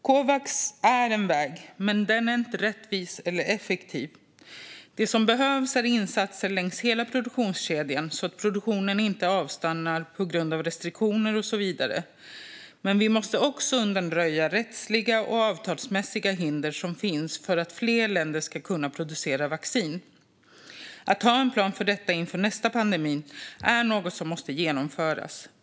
Covax är en väg, men den är inte rättvis eller effektiv. Det som behövs är insatser längs hela produktionskedjan, så att produktionen inte avstannar på grund av restriktioner och så vidare. Men vi måste också undanröja rättsliga och avtalsmässiga hinder som finns för att fler länder ska kunna producera vaccin. Att ha en plan för detta inför nästa pandemi är något som måste genomföras.